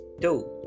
two